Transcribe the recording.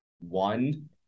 one